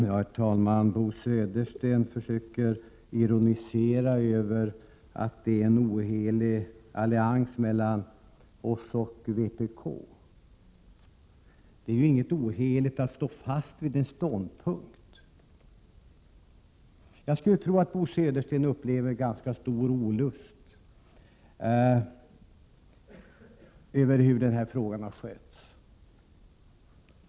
Herr talman! Bo Södersten försöker ironisera över att det är en ohelig allians mellan oss och vpk. Det är ingenting oheligt i att stå fast vid en ståndpunkt. Jag skulle tro att Bo Södersten upplever ganska stor olust över hur denna fråga har skötts.